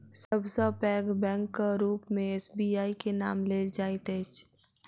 सब सॅ पैघ बैंकक रूप मे एस.बी.आई के नाम लेल जाइत अछि